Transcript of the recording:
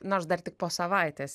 nors dar tik po savaitės